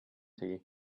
tea